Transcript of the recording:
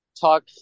talk